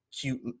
cute